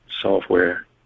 software